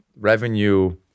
revenue